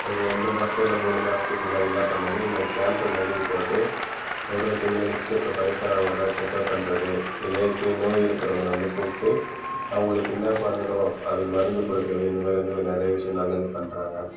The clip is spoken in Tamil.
ஒரு ரெண்டு மாசத்தில் மூணு மாசத்துக்கு முன்னாடி என்ன பண்ணாங்க இங்கே ஒரு கேம்ப் மாரி போட்டு ஒரு ஒருத்தவங்களையும் செக்அப் வயசானவங்களலாம் செக்அப் பண்றது இல்லை நோய் இருக்கிறவங்களலாம் வந்து கூப்பிட்டு அவங்களுக்கு என்னா பண்ணணும் அது மருந்து கொடுக்குறது இந்த மாரி நிறைய விஷயம் நல்லது பண்றாங்க